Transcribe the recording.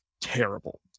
terrible